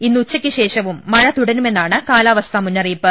ഇന്ന് ഉച്ചക്ക് ശേഷവും മഴ തുടരുമെന്നാണ് കാലാവസ്ഥാ മുന്നറിയിപ്പ്